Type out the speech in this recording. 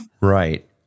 Right